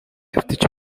хэвтэж